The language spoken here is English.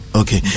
okay